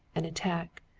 an attack.